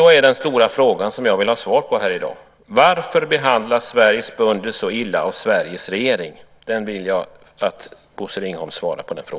Den stora fråga som jag vill ha svar på här i dag blir därför: Varför behandlas Sveriges bönder så illa av Sveriges regering? Den frågan vill jag alltså att Bosse Ringholm svarar på.